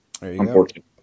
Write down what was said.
unfortunately